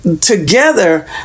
together